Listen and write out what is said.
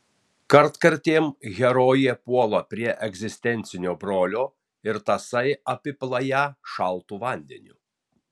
kartkartėm herojė puola prie egzistencinio brolio ir tasai apipila ją šaltu vandeniu